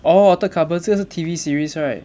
orh altered carbon 这个是 T_V series right